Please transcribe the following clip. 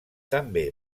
també